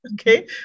Okay